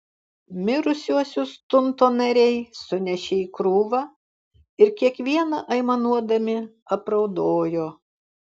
mirusiuosius tunto nariai sunešė į krūvą ir kiekvieną aimanuodami apraudojo